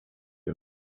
you